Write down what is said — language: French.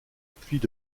puits